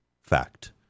fact